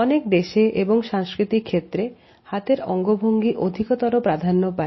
অনেক দেশে এবং সাংস্কৃতিক ক্ষেত্রে হাতের অঙ্গভঙ্গি অধিকতর প্রাধান্য পায়